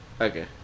Okay